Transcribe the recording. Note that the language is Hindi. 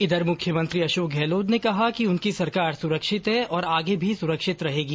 इधर मुख्यमंत्री अशोक गहलोत ने कहा है कि उनकी सरकार सुरक्षित है और आगे भी सुरक्षित रहेगी